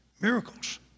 miracles